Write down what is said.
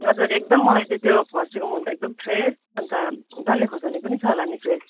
हजुर एकदम मलाई चाहिँ त्यो फर्सीको मुन्टा एकदम फ्रेस अन्त डल्ले खोर्सानी पनि छ होला नि फ्रेस